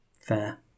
Fair